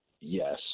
Yes